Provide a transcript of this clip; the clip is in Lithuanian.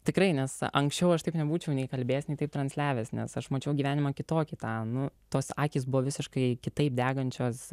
tikrai nes anksčiau aš taip nebūčiau nei kalbėjęs nei transliavęs nes aš mačiau gyvenimą kitokį tą nu tos akys buvo visiškai kitaip degančios